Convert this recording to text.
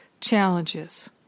challenges